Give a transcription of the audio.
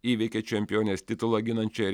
įveikė čempionės titulą ginančią